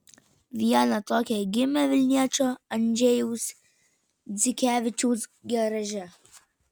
viena tokia gimė vilniečio andžejaus dzikevičiaus garaže